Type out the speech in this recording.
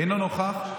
אינו נוכח,